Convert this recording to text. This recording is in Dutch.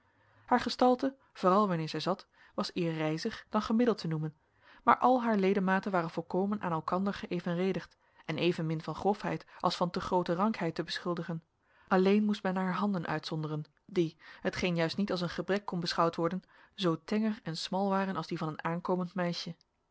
haar gestalte vooral wanneer zij zat was eer rijzig dan gemiddeld te noemen maar al haar ledematen waren volkomen aan elkander geëvenredigd en evenmin van grofheid als van te groote rankheid te beschuldigen alleen moest men haar handen uitzonderen die hetgeen juist niet als een gebrek kon beschouwd worden zoo tenger en smal waren als die van een aankomend meisje